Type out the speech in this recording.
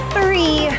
Three